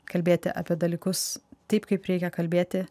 kalbėti apie dalykus taip kaip reikia kalbėti